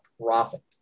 profit